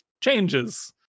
changes